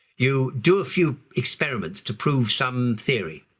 you do a few experiments to prove some theory,